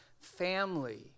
family